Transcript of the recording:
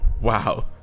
Wow